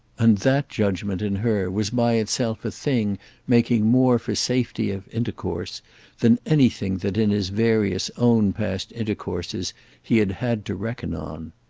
and that judgement in her was by itself a thing making more for safety of intercourse than anything that in his various own past intercourses he had had to reckon on.